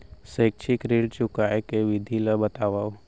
शैक्षिक ऋण चुकाए के विधि ला बतावव